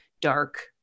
dark